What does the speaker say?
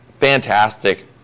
fantastic